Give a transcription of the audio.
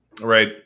Right